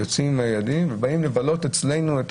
יוצאים עם הילדים ובאים לבלות אצלנו,